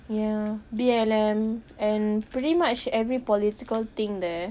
ya B_L_M and pretty much every political thing there